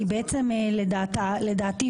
כי לדעתי,